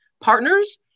partners